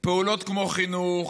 פעולות כמו חינוך,